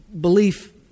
belief